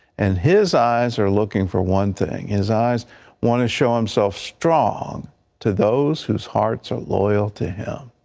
and his eyes are looking for one thing his eyes wanna show himself strong to those whose hearts are loyal to him.